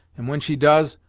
and when she does,